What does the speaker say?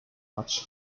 much